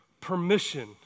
permission